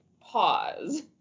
pause